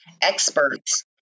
experts